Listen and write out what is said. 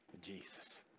Jesus